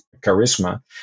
charisma